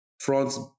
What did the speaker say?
France